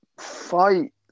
Fight